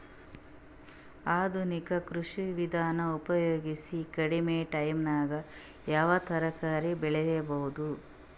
ಆಧುನಿಕ ಕೃಷಿ ವಿಧಾನ ಉಪಯೋಗಿಸಿ ಕಡಿಮ ಟೈಮನಾಗ ಯಾವ ತರಕಾರಿ ಬೆಳಿಬಹುದು?